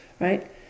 right